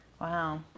Wow